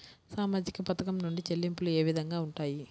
సామాజిక పథకం నుండి చెల్లింపులు ఏ విధంగా ఉంటాయి?